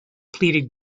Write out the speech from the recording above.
pleaded